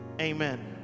Amen